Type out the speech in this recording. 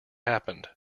happened